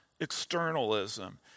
externalism